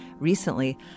Recently